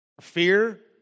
fear